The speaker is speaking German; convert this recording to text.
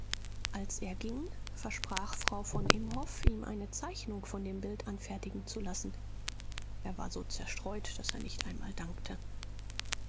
als er ging versprach frau von imhoff ihm eine zeichnung von dem bild anfertigen zu lassen er war so zerstreut daß er nicht einmal dankte